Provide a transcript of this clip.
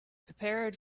prepared